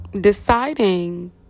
deciding